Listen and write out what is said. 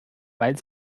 weil